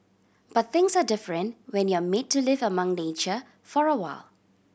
but things are different when you're made to live among nature for awhile